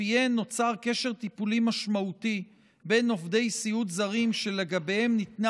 שלפיהן נוצר קשר טיפולי משמעותי בין עובדי סיעוד זרים שלגביהם ניתנה